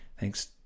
thanks